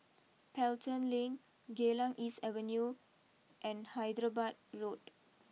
Pelton Link Geylang East Avenue and Hyderabad Road